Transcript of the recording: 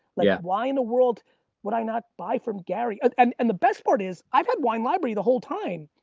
like yeah why in the world would i not buy from gary? and and the best part is i've had wine library the whole time.